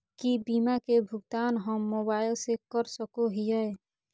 की बीमा के भुगतान हम मोबाइल से कर सको हियै?